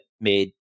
made